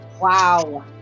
wow